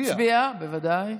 נצביע, בוודאי.